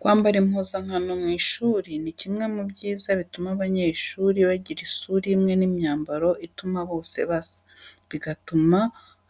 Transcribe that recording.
Kwambara impuzankano mu mashuri ni kimwe mu byiza bituma abanyeshuri bagira isura imwe n’imyambaro ituma bose basa, bigatuma